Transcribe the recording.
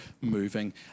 moving